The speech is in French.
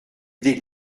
des